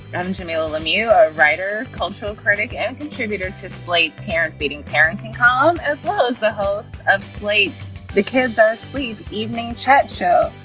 and i'm jamilah lemieux, a writer, cultural critic and contributor to slate's parent beating parenting column, as well as the host of slate's the kids are asleep evening chat show.